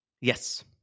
Yes